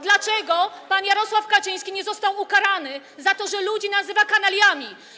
Dlaczego pan Jarosław Kaczyński nie został ukarany za to, że ludzi nazywa kanaliami?